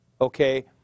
okay